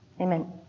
Amen